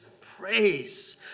praise